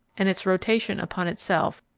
and its rotation upon itself,